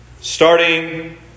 Starting